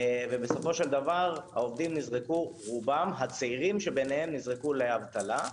ובסופו של דבר העובדים הצעירים שם נזרקו לאבטלה,